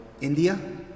India